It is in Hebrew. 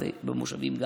וגם במושבים.